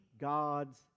God's